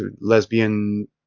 lesbian